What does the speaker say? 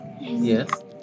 Yes